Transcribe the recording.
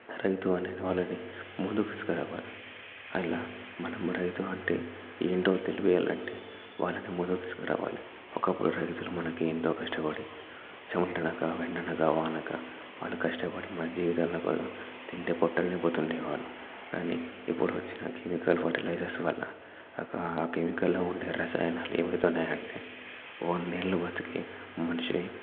రైతు అనేవాళ్ళని ముందుకు తీసుకురావాలి అలా మనం రైతు అంటే ఏంటో తెలియజేయాలంటే వాళ్ళని ముందుకు తీసుకురావాలి ఒకప్పుడు రైతులు మనకి ఎంతో కష్టపడి చెమట అనకా ఎండనకా వాన అనకా వాళ్ళు కష్టపడి మన జీవితాలకు తిండి పొట్టని నింపుతుండేవారు కానీ ఇప్పుదు వచ్చిన కెమికల్ ఫెర్టిలైజర్స్ వల్ల కెమికల్లో ఉండే రసాయనాలు ఏమి అవుతున్నాయి అంటే ఓ వందేళ్ళు బ్రతికి మనిషై